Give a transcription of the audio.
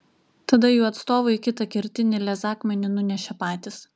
tada jų atstovai kitą kertinį lez akmenį nunešė patys